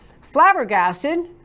flabbergasted